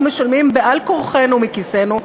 שאותו אנחנו משלמים על כורחנו מכיסנו,